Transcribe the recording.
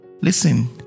Listen